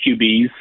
QBs